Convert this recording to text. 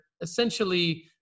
essentially